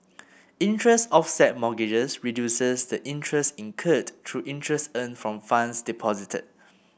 interest offset mortgages reduces the interest incurred through interest earned from funds deposited